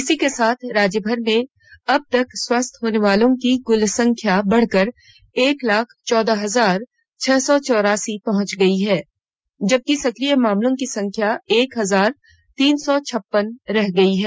इसी के साथ राज्यभर में अब तक स्वस्थ होनेवालों की कुल संख्या बढ़कर एक लाख चौदह हजार छह सौ चौरासी पहुंच गई है जबकि सक्रिय मामलों की संख्या एक हजार तीन सौ छप्पन रह गई है